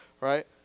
Right